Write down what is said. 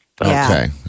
Okay